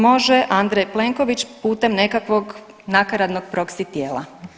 Može Andrej Plenković putem nekakvom nakaradnom proksi tijela.